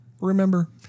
Remember